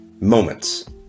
Moments